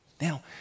Now